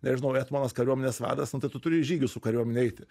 nežinau etmonas kariuomenės vadas nu tai tu turi į žygius su kariuomene eiti